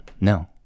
no